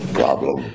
problem